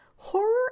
Horror